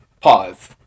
Pause